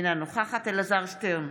אינה נוכחת אלעזר שטרן,